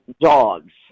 dogs